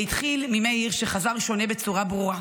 זה התחיל ממאיר שחזר שונה בצורה ברורה,